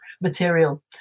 material